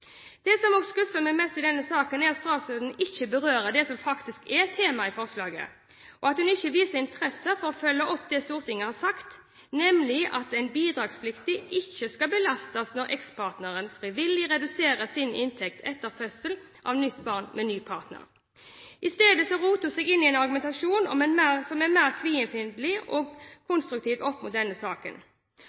menn. Det som skuffer meg mest i denne saken, er at statsråden ikke berører det som faktisk er tema i forslaget, og at hun ikke viser interesse for å følge opp det Stortinget har sagt, nemlig at en bidragspliktig ikke skal belastes når ekspartneren frivillig reduserer sin inntekt etter fødsel av nytt barn med ny partner. I stedet roter hun seg i denne saken inn i en argumentasjon som er mer kvinnefiendtlig enn konstruktiv. Jeg ser derfor ikke bort fra at hun kanskje lener seg på at saken